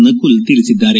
ನಕುಲ್ ತಿಳಿಸಿದ್ದಾರೆ